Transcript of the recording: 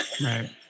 Right